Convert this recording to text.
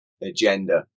agenda